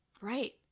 Right